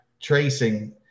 tracing